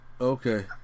okay